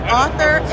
author